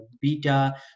beta